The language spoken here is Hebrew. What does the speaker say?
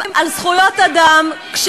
תת-התרבות הזאת שמתנהלת כאן,